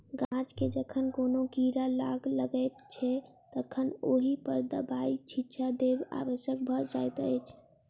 गाछ मे जखन कोनो कीड़ा लाग लगैत छै तखन ओहि पर दबाइक छिच्चा देब आवश्यक भ जाइत अछि